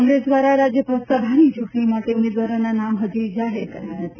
કોંગ્રેસ દ્વારા રાજયસભાની ચૂંટણી માટે ઉમેદવારોના નામ હજી જાહેર કર્યા નથી